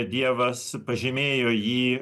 dievas pažymėjo jį